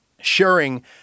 sharing